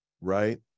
right